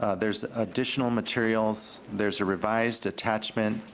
ah there's additional materials, there's a revised attachment,